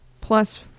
Plus